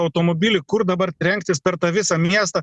automobilį kur dabar trenktis per tą visą miestą